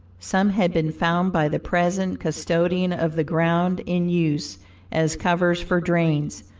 some had been found by the present custodian of the ground in use as covers for drains,